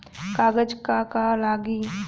कागज का का लागी?